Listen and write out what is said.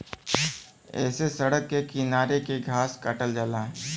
ऐसे सड़क के किनारे के घास काटल जाला